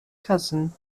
cousin